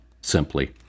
simply